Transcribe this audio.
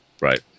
right